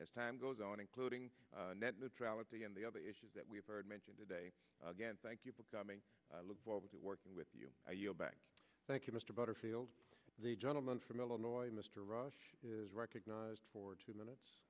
as time goes on including net neutrality and the other issues that we've heard mentioned today again thank you for coming i look forward to working with you back thank you mr butterfield the gentleman from illinois mr rush is recognized for two minutes